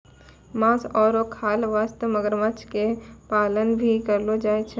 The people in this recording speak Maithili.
मांस आरो खाल वास्तॅ मगरमच्छ के पालन भी करलो जाय छै